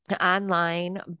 online